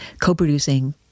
co-producing